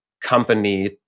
company